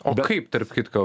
o kaip tarp kitko